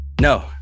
no